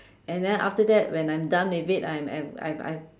and then after that when I'm done with it I'm I've I've I've